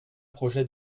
projet